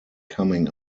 coming